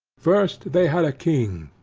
first, they had a king,